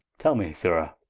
tell me sirrha,